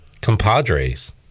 compadres